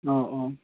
অঁ অঁ